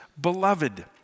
beloved